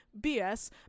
BS